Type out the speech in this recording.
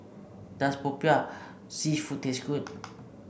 does popiah seafood taste good